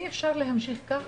אי אפשר להמשיך ככה.